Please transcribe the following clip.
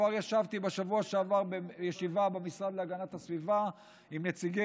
כבר ישבתי בשבוע שעבר בישיבה במשרד להגנת הסביבה עם נציגי